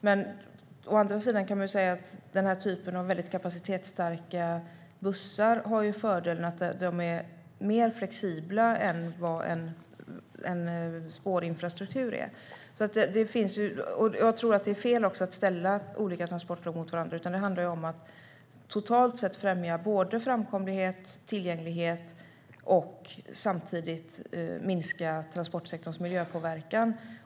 Men denna typ av väldigt kapacitetsstarka bussar har fördelen att de är mer flexibla än vad en spårinfrastruktur är. Det är fel att ställa olika transportslag mot varandra. Det handlar om att totalt sett främja både framkomlighet och tillgänglighet och samtidigt minska transportsektorns miljöpåverkan.